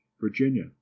virginia